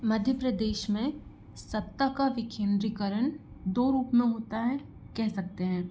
मध्य प्रदेश में सत्ता का विकेंद्रीकरण दो रूप में होता है कह सकते हैं